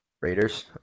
Raiders